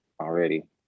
already